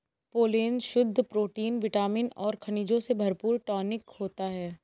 pollen शुद्ध protein vitamin और खनिजों से भरपूर टॉनिक होता है